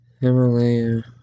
Himalaya